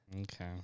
Okay